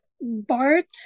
Bart